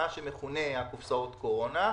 מה שמכונה קופסאות הקורונה.